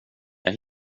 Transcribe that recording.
jag